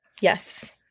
Yes